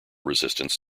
resistance